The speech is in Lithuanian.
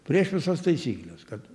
prieš visas taisykles kad